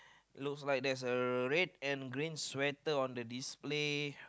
look like there is a red and green sweater on the display